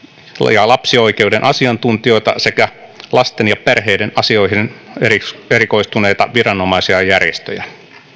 ja lapsioikeuden asiantuntijoita sekä lasten ja perheiden asioihin erikoistuneita viranomaisia ja järjestöjä